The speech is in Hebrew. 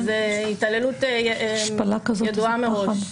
זו התעללות ידועה מראש.